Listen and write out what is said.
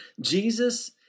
Jesus